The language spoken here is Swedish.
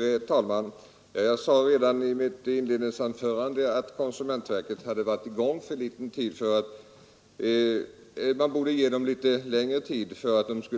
Herr talman! Jag sade redan i mitt inledningsanförande att konsumentverket varit i gång för kort tid och att man borde ge verket litet längre tid